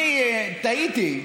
אני תהיתי,